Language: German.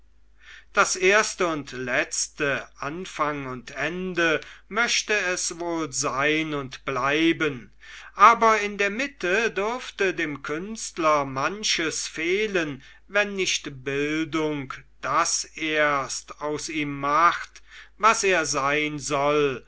das erste und letzte anfang und ende möchte es wohl sein und bleiben aber in der mitte dürfte dem künstler manches fehlen wenn nicht bildung das erste aus ihm macht was er sein soll